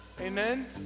Amen